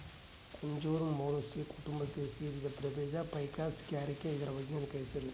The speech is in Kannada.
ಅಂಜೂರ ಮೊರಸಿ ಕುಟುಂಬಕ್ಕೆ ಸೇರಿದ ಪ್ರಭೇದ ಫೈಕಸ್ ಕ್ಯಾರಿಕ ಇದರ ವೈಜ್ಞಾನಿಕ ಹೆಸರು